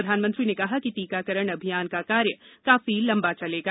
प्रधानमंत्री ने कहा कि टीकाकरण अभियान का कार्य काफी लंबा चलेगा